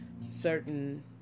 certain